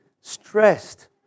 stressed